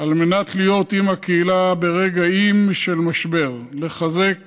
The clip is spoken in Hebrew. על מנת להיות עם הקהילה ברגעים של משבר, לחזק